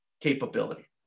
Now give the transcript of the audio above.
capability